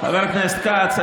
חבר הכנסת כץ,